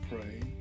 pray